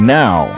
now